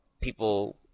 people